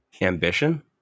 ambition